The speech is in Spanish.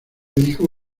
dijo